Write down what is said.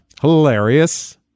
hilarious